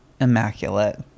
Immaculate